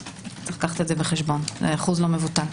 יש לקחת זאת בחשבון, אחוז לא מבוטל.